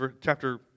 chapter